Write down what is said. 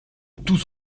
tout